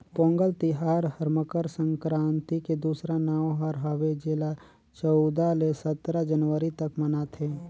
पोगंल तिहार हर मकर संकरांति के दूसरा नांव हर हवे जेला चउदा ले सतरा जनवरी तक मनाथें